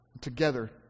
together